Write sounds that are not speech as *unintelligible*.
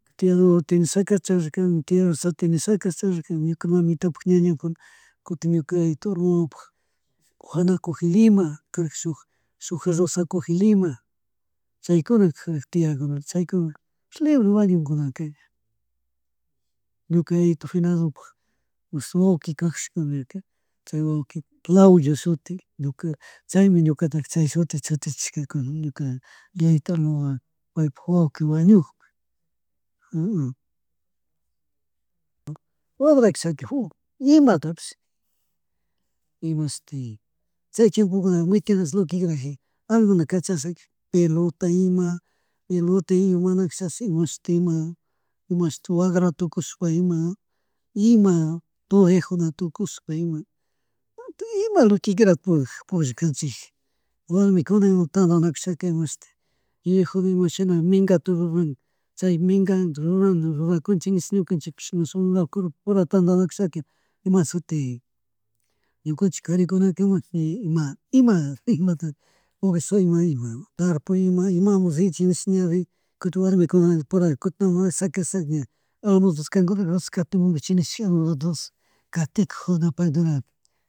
Tia wawata tia Rosario Tenesacata charirkani charirkani ñuka mamitapuk ñañakuna *noise* kutin ñuka yayito alma wawapuk *noise* Juana Cujilema kahja shuja, shuja Rosa Cujilema chaykuna kajarka tiakunaka chaykuna, libre wañunkunaka ña. Ñuka yayito finado puk wayki kajashka nirka chay wauki Claudo shuti ñuka chaymi ñuka chay shuti chutichishkakuna ñuka *noise* yayito alma wawa paypuk wayki wañukpi. *hesitation* Wambra kashaka *hesitation* nimatapish, imashti chay tiempocakunaka mikuñapish loque quiera kajika animalkuna kacharishaka pelota, ima pelota ima manashashi imashuti ima imashuti wagratushkpa ima, ima, toreojuna tukush pay ima ima loquequiera pullakkanchija *noise* warmiku kuna ima tandanakushaka imashuti *noise* yuyak joven imashina mingata ruran *noise* chay mingata rurana rugakunchi nish ñukanchikpish ña *unintelligible* ura tandañakushaka imashuti *noise* ñukunchik karikunakama ima tikshi, ima *laughs* imatatik upishpa ima, ima tarpuy ima imamaymun rinchik nish nari. Kutin warmikuna kuna puraka kutin shaquisishaka ña almollota kankuna rurash katimunguichik nishka las dos katikujuna *unintelligible* katikujina *unintelligible*